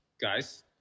guys